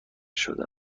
شده